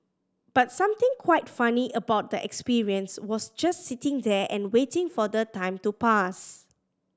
but something quite funny about that experience was just sitting there and waiting for the time to pass